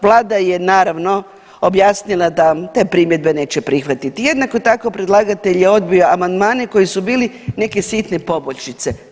Vlada je naravno objasnila da te primjedbe neće prihvatiti, jednako tako predlagatelj je odbio amandmane koji su bili neke sitne poboljšice.